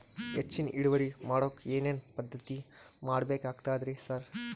ಹೆಚ್ಚಿನ್ ಇಳುವರಿ ಮಾಡೋಕ್ ಏನ್ ಏನ್ ಪದ್ಧತಿ ಮಾಡಬೇಕಾಗ್ತದ್ರಿ ಸರ್?